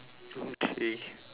okay